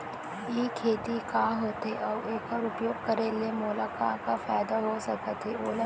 ई खेती का होथे, अऊ एखर उपयोग करे ले मोला का का फायदा हो सकत हे ओला बतावव?